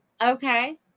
Okay